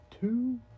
Two